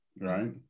right